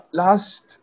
last